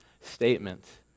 statement